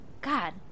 God